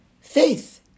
Faith